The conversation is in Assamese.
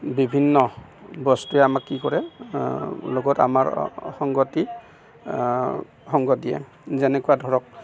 বিভিন্ন বস্তুৱে আমাক কি কৰে লগত আমাৰ সংগতি সংগ দিয়ে যেনেকুৱা ধৰক